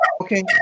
okay